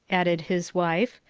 added his wife.